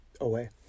away